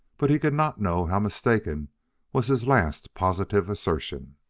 but he could not know how mistaken was his last positive assertion.